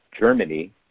Germany